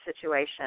situation